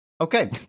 Okay